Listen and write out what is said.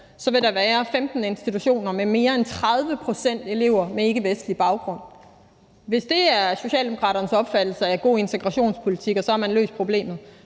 også fremover være 15 institutioner med mere end 30 pct. elever med ikkevestlig baggrund. Hvis det er Socialdemokraternes opfattelse af god integrationspolitik, altså at man dermed har løst problemet,